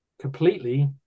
completely